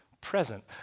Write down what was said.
Present